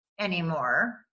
anymore